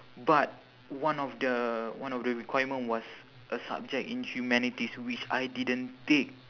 but one of the one of the requirement was a subject in humanities which I didn't take